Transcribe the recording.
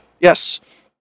Yes